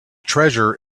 treasure